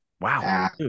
wow